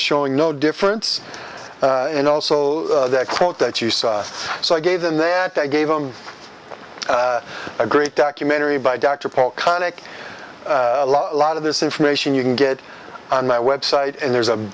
showing no difference and also that quote that you saw so i gave them that i gave them a great documentary by dr paul connick a lot of this information you can get on my website and there's a